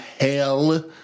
hell